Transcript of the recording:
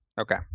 Okay